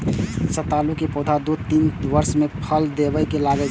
सतालू के पौधा दू सं तीन वर्ष मे फल देबय लागै छै